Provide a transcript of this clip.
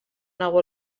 nou